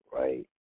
right